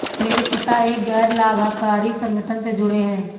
मेरे पिता एक गैर लाभकारी संगठन से जुड़े हैं